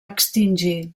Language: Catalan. extingir